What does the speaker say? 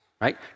right